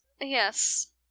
Yes